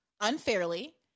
unfairly